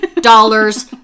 dollars